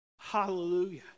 Hallelujah